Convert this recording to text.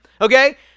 okay